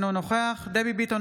אינו נוכח דבי ביטון,